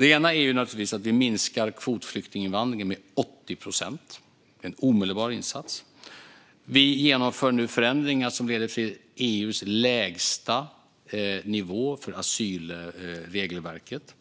En sak är naturligtvis att vi minskar kvotflyktinginvandringen med 80 procent - en omedelbar insats. Vi genomför nu förändringar som leder till EU:s lägsta nivå för asylregelverket.